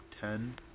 ten